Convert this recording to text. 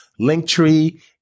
Linktree